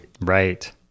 Right